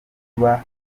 vuba